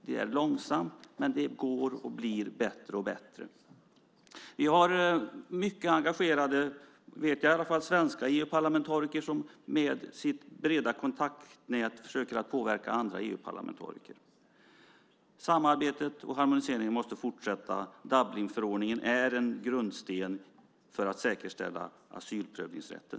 Det går långsamt, men det går - och det blir bättre och bättre. Vi har mycket engagerade svenska EU-parlamentariker som med sitt breda kontaktnät försöker påverka andra EU-parlamentariker. Samarbetet och harmoniseringen måste fortsätta. Dublinföreningen är en grundsten för att säkerställa asylprövningsrätten.